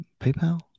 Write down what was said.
PayPal